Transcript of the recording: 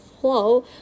flow